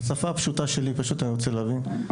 בשפה הפשוטה שלי אני רוצה להבין?